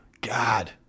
God